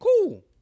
cool